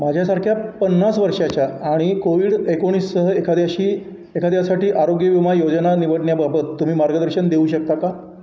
माझ्यासारख्या पन्नास वर्षाच्या आणि कोविड एकोणीसह एखाद्याशी एखाद्यासाठी आरोग्य विमा योजना निवडण्याबाबत तुम्ही मार्गदर्शन देऊ शकता का